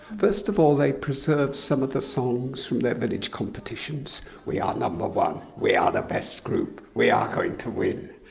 first of all, they preserve some of the songs from their village competitions. we are number one. we are the best group. we are going to win,